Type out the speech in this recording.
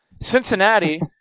Cincinnati